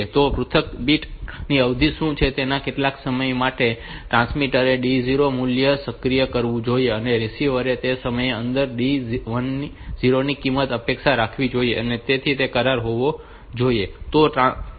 તો પૃથક બીટ અવધિ શું છે તેટલા સમય માટે આ ટ્રાન્સમિટરે D0 નું મૂલ્ય સક્રિય કરવું જોઈએ અને રીસીવરે તે સમયની અંદર D0 ની કિંમતની અપેક્ષા રાખવી જોઈએ જેથી તે કરાર ત્યાં હોવો જોઈએ